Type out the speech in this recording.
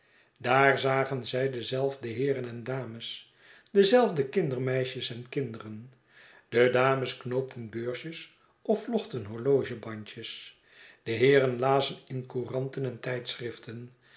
daar zagen zij dezelfde heeren en dames dezelfde kindermeisjes en kinderen de dames knoopten beursjes of vlochten horlogebandjes de heeren lazm in couranten en tijdschriften